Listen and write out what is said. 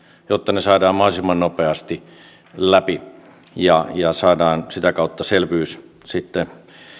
jotta ne saadaan mahdollisimman nopeasti läpi ja ja saadaan sitä kautta selvyys sitten